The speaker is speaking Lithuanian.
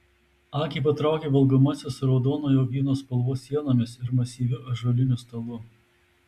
akį patraukė valgomasis su raudonojo vyno spalvos sienomis ir masyviu ąžuoliniu stalu